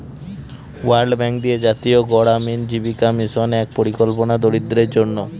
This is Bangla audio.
ওয়ার্ল্ড ব্যাঙ্ক দিয়ে জাতীয় গড়ামিন জীবিকা মিশন এক পরিকল্পনা দরিদ্রদের জন্য